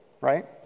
right